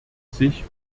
sich